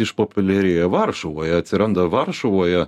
išpopuliarėjo varšuvoje atsiranda varšuvoje